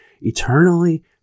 eternally